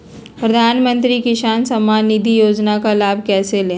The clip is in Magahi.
प्रधानमंत्री किसान समान निधि योजना का लाभ कैसे ले?